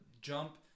jump